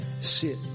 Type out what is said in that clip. sit